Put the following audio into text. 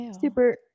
super